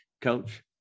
coach